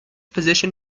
position